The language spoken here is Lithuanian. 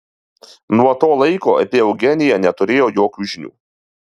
nuo to laiko apie eugeniją neturėjo jokių žinių